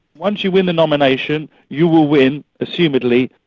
once you win a nomination you will win, assumedly,